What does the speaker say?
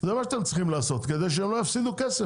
זה מה שצריך לעשות כדי שהם לא יפסידו כסף,